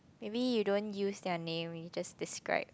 maybe you don't use their name we just describe